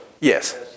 Yes